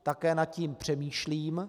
Také nad tím přemýšlím.